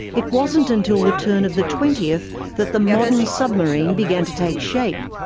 it wasn't until the turn of the twentieth that the modern submarine began to take shape.